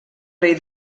rei